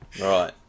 right